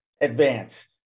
advance